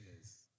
Yes